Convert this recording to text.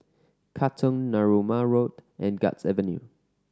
Katong Narooma Road and Guards Avenue